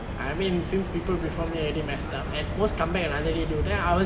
I mean since people before me already messed up at most come back another day redo then I was just